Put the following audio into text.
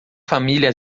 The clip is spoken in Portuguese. família